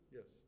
Yes